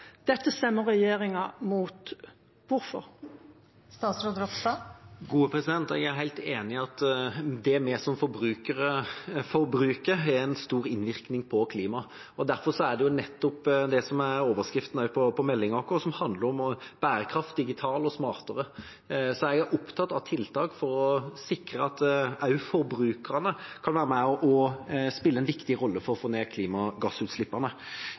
Dette stemmer regjeringspartiene mot. Hvorfor? Jeg er helt enig i at det vi som forbrukere forbruker, har en stor innvirkning på klimaet. Derfor er nettopp det overskriften på meldinga vår, som handler om bærekraft – digital og smartere. Jeg er opptatt av tiltak for å sikre at også forbrukerne kan være med og spille en viktig rolle for å få ned klimagassutslippene.